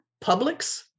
Publix